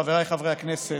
חבריי חברי הכנסת,